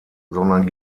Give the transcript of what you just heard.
sondern